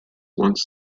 once